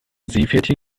seepferdchen